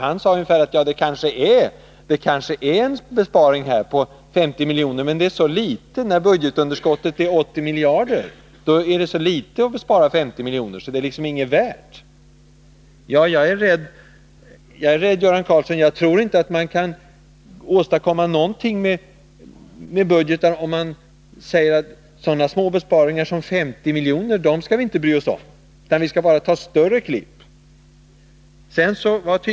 Han sade att förslaget kanske innebär en besparing på 50 miljoner, men när budgetunderskottet är 80 miljarder är en besparing på 50 miljoner så liten att den inte är värd någonting. Jag är rädd att man inte kan åstadkomma någonting med budgetar, om man säger att vi inte skall bry oss om så små besparingar som på 50 miljoner utan bara ta större klipp.